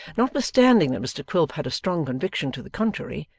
notwithstanding that mr quilp had a strong conviction to the contrary,